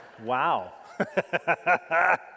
Wow